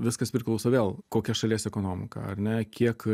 viskas priklauso vėl kokia šalies ekonomika ar ne kiek